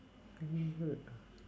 favourite ah